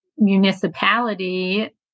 municipality